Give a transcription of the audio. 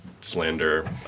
slander